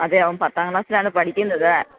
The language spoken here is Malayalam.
അതെ അവൻ പത്താം ക്ലാസ്സിലാണ് പഠിക്കുന്നത്